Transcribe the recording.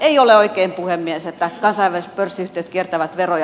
ei ole oikein puhemies että kansainväliset pörssiyhtiöt kiertävät veroja